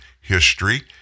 History